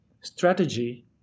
strategy